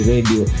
Radio